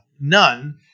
None